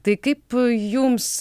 tai kaip jums